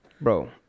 Bro